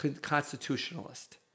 constitutionalist